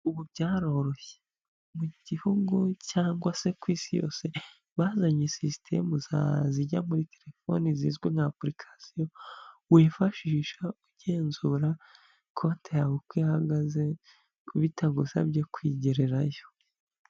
Ubu byaroroshye mu gihugu cyangwa se ku isi yose bazanye sisitemu zijya muri telefoni zizwi nka apulikasito wifashisha ugenzura konti yawe uko ihagaze bitagusabye kwigereyo.